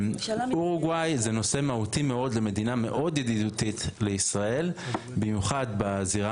אורוגוואי זה נושא מהותי מאוד למדינה מאוד ידידותית לישראל במיוחד בזירה